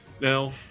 Now